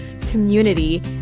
community